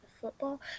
football